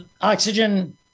Oxygen